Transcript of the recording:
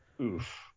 Oof